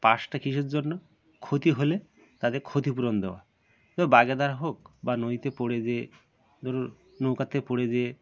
পাসটা কিসের জন্য ক্ষতি হলে তাদের ক্ষতিপূরণ দেওয়া ধর বাঘের দ্বারা হোক বা নদীতে পড়ে যেয়ে ধরুন নৌকার থেকে পড়ে যেয়ে